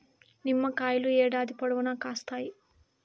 నిమ్మకాయలు ఏడాది పొడవునా కాస్తాయి